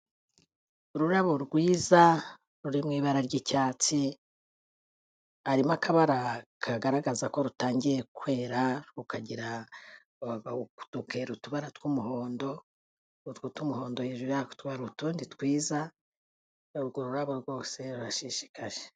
Ururabo rwiza ruri mu ibara ry'icyatsi, harimo akabara kagaragaza ko rutangiye kwera, rukagira utubara tw'umuhondo, utwo tw'umuhondo hejuru yatwo hari utundi twiza, urwo rurabo rwose rurashishikaje.